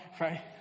Right